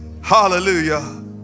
Hallelujah